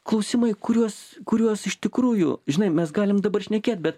klausimai kuriuos kuriuos iš tikrųjų žinai mes galim dabar šnekėt bet